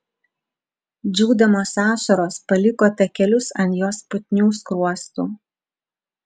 džiūdamos ašaros paliko takelius ant jos putnių skruostų